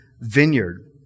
vineyard